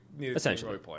Essentially